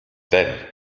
then